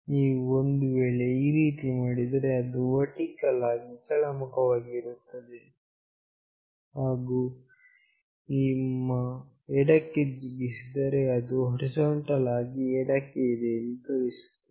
ನೀವು ಒಂದು ವೇಳೆ ಈ ರೀತಿ ಮಾಡಿದರೆ ಅದು ವರ್ಟಿಕಲ್ ಆಗಿ ಕೆಳಮುಖವಾಗಿರುತ್ತದೆ ಹಾಗು ನೀವು ನಿಮ್ಮ ಎಡಕ್ಕೆ ತಿರುಗಿದರೆ ಅದು ಹೊರಿಜಾಂಟಲ್ ಆಗಿ ಎಡಕ್ಕೆ ಇದೆ ಎಂದು ತೋರಿಸುತ್ತದೆ